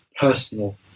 personal